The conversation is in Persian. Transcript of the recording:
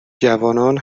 جوانان